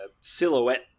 silhouette